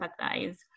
empathize